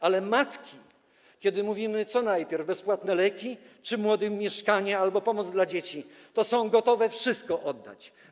Ale matki, kiedy mówimy, co najpierw: bezpłatne leki czy młodym mieszkanie albo pomoc dla dzieci, to są gotowe wszystko oddać.